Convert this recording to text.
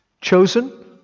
Chosen